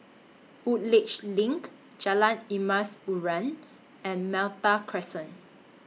Woodleigh LINK Jalan Emas Urai and Malta Crescent